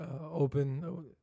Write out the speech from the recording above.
open